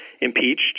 impeached